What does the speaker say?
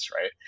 right